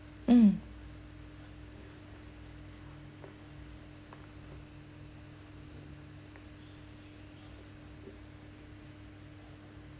um